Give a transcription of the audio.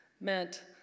meant